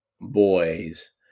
boys